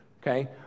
Okay